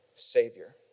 Savior